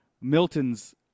Milton's